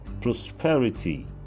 prosperity